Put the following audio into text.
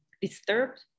disturbed